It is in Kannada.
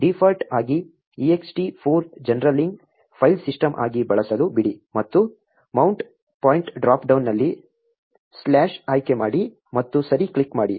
ಡೀಫಾಲ್ಟ್ ಆಗಿ ext 4 ಜರ್ನಲಿಂಗ್ ಫೈಲ್ ಸಿಸ್ಟಮ್ ಆಗಿ ಬಳಸಲು ಬಿಡಿ ಮತ್ತು ಮೌಂಟ್ ಪಾಯಿಂಟ್ ಡ್ರಾಪ್ ಡೌನ್ನಲ್ಲಿ ಸ್ಲ್ಯಾಷ್ ಆಯ್ಕೆಮಾಡಿ ಮತ್ತು ಸರಿ ಕ್ಲಿಕ್ ಮಾಡಿ